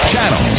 Channel